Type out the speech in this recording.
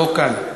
לא כאן,